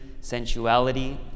sensuality